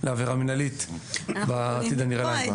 לעבירה מינהלית בעתיד הנראה לעין.